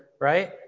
right